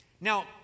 Now